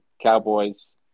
Cowboys